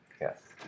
Yes